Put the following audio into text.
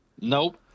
Nope